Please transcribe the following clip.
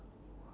ya